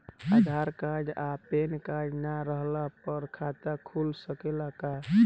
आधार card आ PAN card ना रहला पर खाता खुल सकेला का?